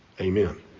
Amen